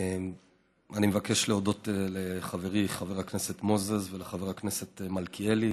אני מבקש להודות לחברי חבר הכנסת מוזס ולחבר הכנסת מלכיאלי